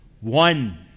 One